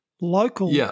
local